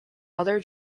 other